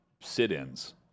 sit-ins